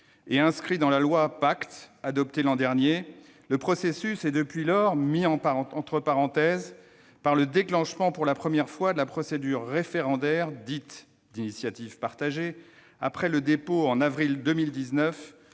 et inscrit dans la loi Pacte, adoptée l'an dernier, le processus est depuis lors mis entre parenthèses par le déclenchement, pour la première fois, de la procédure référendaire dite « d'initiative partagée », après le dépôt au mois d'avril 2019